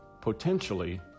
potentially